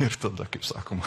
ir tada kaip sakoma